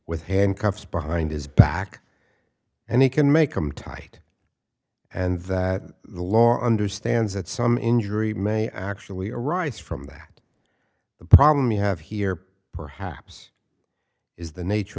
with handcuffs behind his back and he can make them tight and that the law understands that some injury may actually arise from that the problem we have here perhaps is the nature